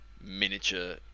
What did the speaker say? miniature